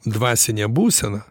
dvasinė būsena